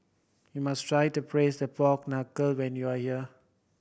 you must try the Braised Pork Knuckle when you are here